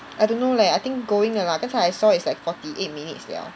I don't know leh I think going 了 lah 刚才 I saw it's like forty eight minutes liao